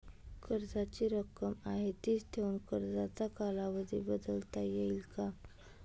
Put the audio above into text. कर्जाची रक्कम आहे तिच ठेवून कर्जाचा कालावधी मला बदलता येईल का?